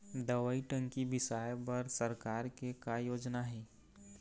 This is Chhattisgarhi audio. दवई टंकी बिसाए बर सरकार के का योजना हे?